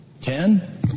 ten